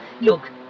Look